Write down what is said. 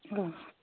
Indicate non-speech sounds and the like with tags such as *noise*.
*unintelligible*